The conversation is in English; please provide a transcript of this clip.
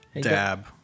dab